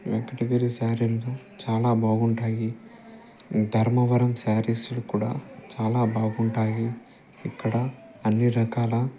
వెంకటగిరి శారీలు చాలా బాగుంటాయి ధర్మవరం శారీస్లు కూడా చాలా బాగుంటాయి ఇక్కడ అన్నీ రకాల